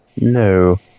No